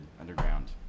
underground